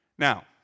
Now